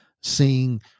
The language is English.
seeing